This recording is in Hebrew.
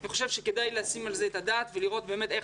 אני חושב שכדאי לשים על זה את הדעת ולראות איך